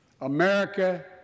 America